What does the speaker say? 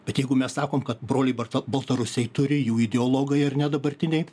bet jeigu mes sakom kad broliai barto baltarusiai turi jų ideologai ar ne dabartiniai